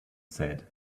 said